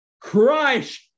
Christ